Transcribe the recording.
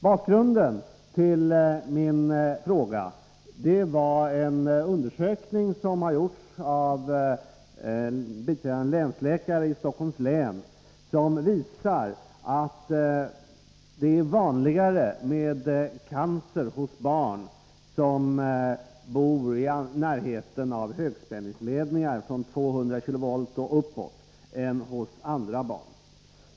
Bakgrunden till min fråga är den undersökning som har gjorts av biträdande länsläkaren i Stockholms län och som visar att det är vanligare med cancer hos barn som bor i närheten av högspänningsledningar från 200 kV och uppåt än hos andra barn.